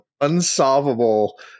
unsolvable